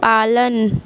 पालन